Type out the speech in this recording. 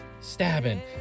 stabbing